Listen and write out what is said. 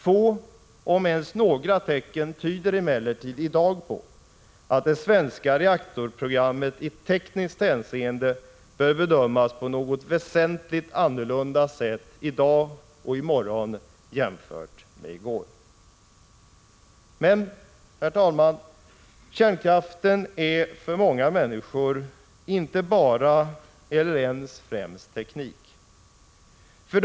Få — om ens några — tecken tyder emellertid på att det svenska reaktorprogrammet i tekniskt hänseende bör bedömas på något väsentligt annorlunda sätt i dag och i morgon jämfört med i går. Men, herr talman, kärnkraften är för många människor inte bara eller ens främst teknik.